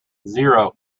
zero